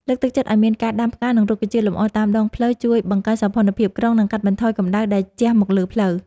លើកទឹកចិត្តឱ្យមានការដាំផ្កា និង រុក្ខជាតិលម្អតាមដងផ្លូវជួយបង្កើនសោភ័ណភាពក្រុង និង កាត់បន្ថយកម្ដៅដែលជះមកលើផ្លូវ។